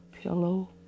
Pillow